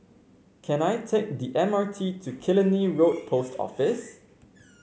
can I take the M R T to Killiney Road Post Office